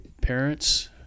parents